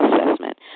assessment